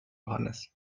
johannes